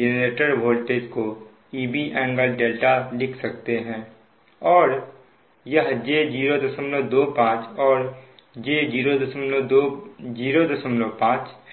generator voltage को Eg∟δ लिख सकते हैं यह j025 और j05 है